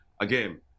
again